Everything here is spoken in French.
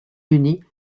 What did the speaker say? unis